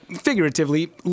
figuratively